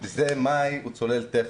מאי הוא צולל טכני.